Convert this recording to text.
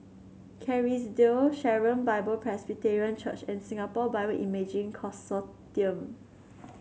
Kerrisdale Sharon Bible Presbyterian Church and Singapore Bioimaging Consortium